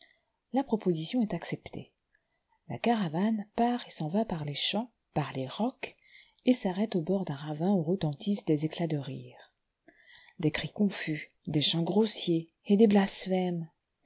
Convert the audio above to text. la proposition est acceptée la caravane part et s'en va parles champs par les rocs et s'arrête au bord d'un ravin où retentissent des éclats de rire des cris confus des chants grossiers et des blasphèmes